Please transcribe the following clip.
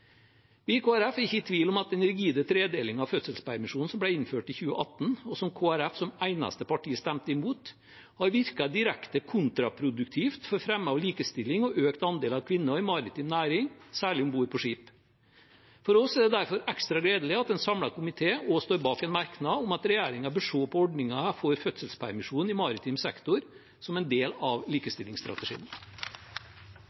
Vi i Kristelig Folkeparti er ikke tvil om at den rigide tredelingen av fødselspermisjonen som ble innført i 2018, og som Kristelig Folkeparti som eneste parti stemte imot, har virket direkte kontraproduktivt for fremme av likestilling og økt andel av kvinner i maritim næring, særlig om bord på skip. For oss er det derfor ekstra gledelig at en samlet komité står bak en merknad om at regjeringen bør se på ordningen for fødselspermisjon i maritim sektor som en del av